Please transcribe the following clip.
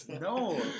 No